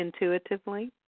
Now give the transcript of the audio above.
intuitively